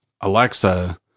Alexa